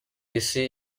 isi